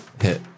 Hit